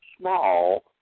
small